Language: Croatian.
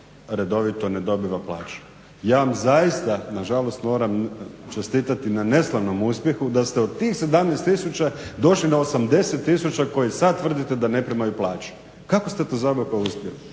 redovito ne dobiva plaću. Ja vam zaista nažalost moram čestitati na neslavnom uspjehu da ste od tih 17 000 došli na 80 000 koji sad tvrdite da ne primaju plaću. Kako ste to zaboga uspjeli?